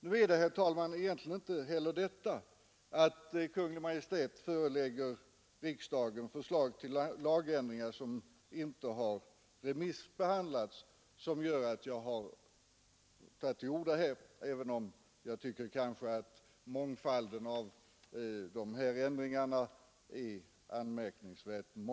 Nu är det, herr talman, egentligen inte heller detta att Kungl. Maj:t förelägger riksdagen förslag till lagändringar vilka inte har remissbehandlats som gör att jag har tagit till orda här, även om jag tycker att mångfalden av ändringar är anmärkningsvärd.